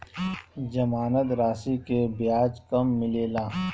जमानद राशी के ब्याज कब मिले ला?